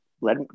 let